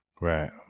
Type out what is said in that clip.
Right